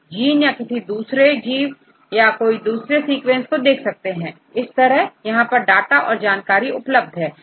आप जीन या दूसरे जीव या कोई सीक्वेंस देख सकते हैं इस तरह यहां पर डाटा और जानकारी उपलब्ध है